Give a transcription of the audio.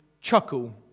chuckle